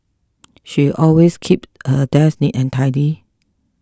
she always keep her desk neat and tidy